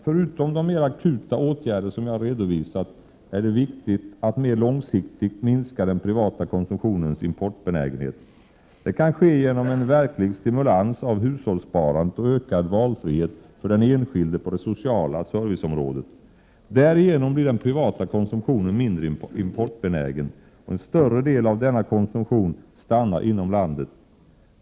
Förutom de mer akuta åtgärder som jag har redovisat är det viktigt att mer långsiktigt minska den privata konsumtionen av importerade varor. Det kan ske genom en verklig stimulans av hushållssparandet och ökad valfrihet för den enskilde på det sociala serviceområdet. Därigenom blir den privata konsumtionen av importerade varor mindre, och det sker en större konsumtion av inhemska varor.